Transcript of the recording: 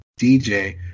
DJ